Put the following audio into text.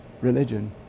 religion